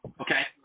okay